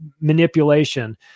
manipulation